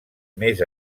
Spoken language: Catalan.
més